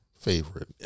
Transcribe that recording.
favorite